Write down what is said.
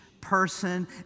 person